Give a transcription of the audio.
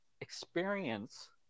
experience